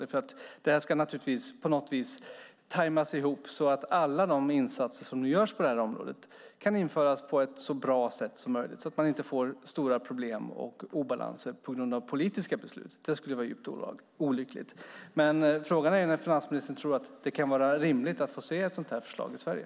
Detta ska naturligtvis tajmas så att alla de insatser som nu görs på detta område kan införas på ett så bra sätt som möjligt så att man inte får stora problem och obalanser på grund av politiska beslut. Det skulle vara djupt olyckligt. Men frågan är när finansministern tror att det kan vara rimligt att få se ett sådant här förslag i Sverige.